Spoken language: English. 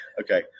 Okay